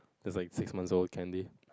that's like six months old candy